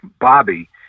Bobby